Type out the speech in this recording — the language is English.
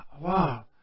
Wow